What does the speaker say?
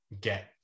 get